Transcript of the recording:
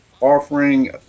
offering